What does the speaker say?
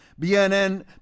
BNN